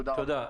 תודה.